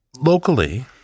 Locally